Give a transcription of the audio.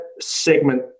segment